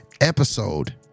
episode